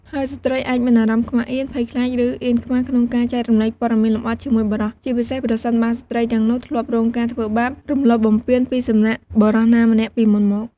ហើយស្ត្រីអាចមានអារម្មណ៍ខ្មាសអៀន ភ័យខ្លាច ឬអៀនខ្មាស់ក្នុងការចែករំលែកព័ត៌មានលម្អិតជាមួយបុរស ជាពិសេសប្រសិនបើស្ត្រីទាំងនោះធ្លាប់រងការធ្វើបាប អំលោភបំពានពីសំណាក់បុរសណាម្នាក់ពីមុនមក។